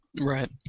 Right